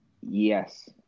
yes